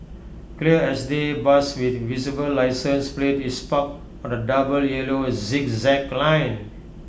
clear as day bus with visible licence plate is parked on A double yellow zigzag line